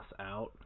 out